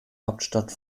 hauptstadt